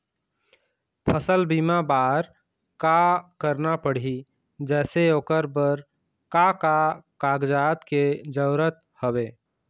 फसल बीमा बार का करना पड़ही जैसे ओकर बर का का कागजात के जरूरत हवे?